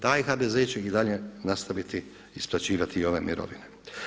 Taj HDZ će i dalje nastaviti isplaćivati i ove mirovine.